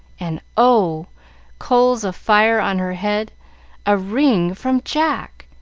and oh coals of fire on her head a ring from jack.